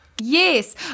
Yes